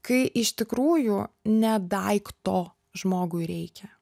kai iš tikrųjų ne daikto žmogui reikia